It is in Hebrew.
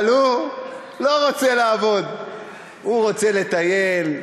אבל הוא לא רוצה לעבוד, הוא רוצה לטייל,